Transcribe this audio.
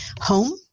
home